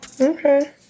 Okay